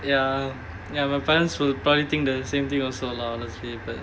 ya ya my parents will probably think the same thing also lah honestly but